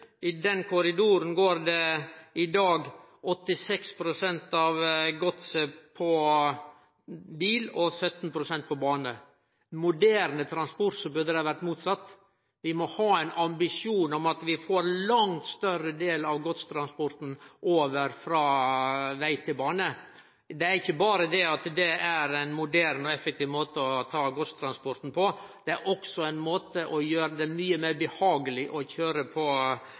I den korridoren går i dag 86 pst. av godset på bil og 17 pst. på bane. Med moderne transport burde det ha vore motsett. Vi må ha ein ambisjon om å få ein langt større del av godstransporten over frå veg til bane. Det er ikkje berre det at det er ein moderne og effektiv måte å ta godstransporten på, det er også ein måte som gjer det mykje meir behageleg å køyre på